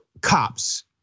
cops